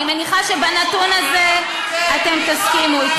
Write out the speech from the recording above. אני מניחה שבנתון הזה אתם תסכימו אתי.